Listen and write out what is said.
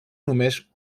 només